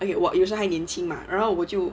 okay 我有时候还年轻嘛然后我就